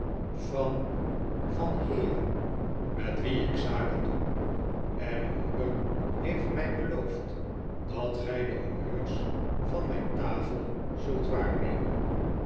van van heeren met wie ik zaken doe en uw moeder heeft mij beloofd dat gij de honneurs van mijn tafel zult waarnemen